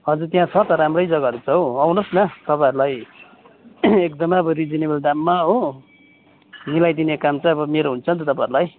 हजुर त्यहाँ छ त राम्रै जग्गाहरू छ हौ आउनुहोस् न तपाईँहरूलाई एकदमै रिजनेबल दाममा हो मिलाइदिने काम चाहिँ अब मेरो हुन्छ नि त तपाईँहरूलाई